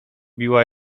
biła